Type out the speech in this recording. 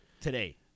today